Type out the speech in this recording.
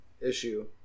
issue